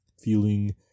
feeling